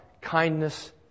kindness